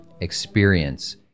experience